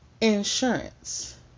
insurance